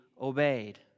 obeyed